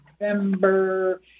November